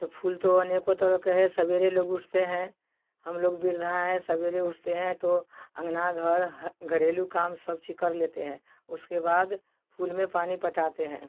तो फूल तो अनेकों तरह के है सवेरे लोग उठते हैं हम लोग वृद्धा हैं सवेरे उठते हैं तो अंगना घर घरेलू काम सब चीज कर लेते हैं उसके बाद फूल में पानी पटाते हैं